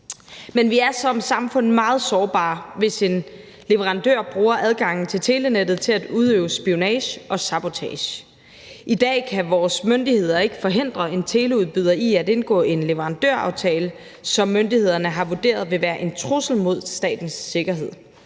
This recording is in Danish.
Men vi er som samfund meget sårbare, hvis en leverandør bruger adgangen til telenettet til at udøve spionage og sabotage. I dag kan vores myndigheder ikke forhindre en teleudbyder i at indgå en leverandøraftale, som myndighederne har vurderet vil være en trussel mod statens sikkerhed,